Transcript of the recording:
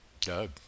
Doug